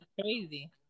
crazy